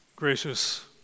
Gracious